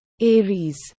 aries